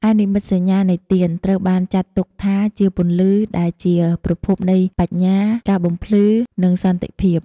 ឯនិមិត្តសញ្ញានៃទៀន ត្រូវបានចាត់ទុកថាជា "ពន្លឺ" ដែលជាប្រភពនៃបញ្ញា ការបំភ្លឺ និងសន្តិភាព។